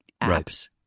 apps